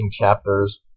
chapters